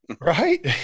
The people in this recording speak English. Right